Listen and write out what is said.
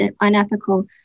unethical